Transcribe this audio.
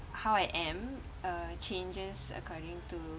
how I am uh changes according to